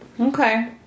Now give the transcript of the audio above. Okay